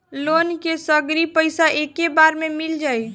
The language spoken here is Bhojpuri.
लोन के सगरी पइसा एके बेर में मिल जाई?